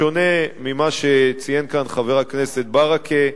בשונה ממה שציין כאן חבר הכנסת ברכה,